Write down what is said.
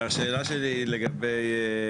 השאלה שלי היא לגבי,